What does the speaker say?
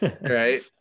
Right